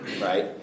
Right